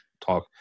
talk